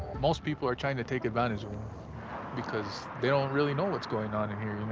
most people are trying to take advantage of them because they don't really know what's going on in here,